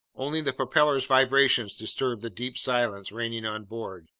only the propeller's vibrations disturbed the deep silence reigning on board.